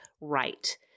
right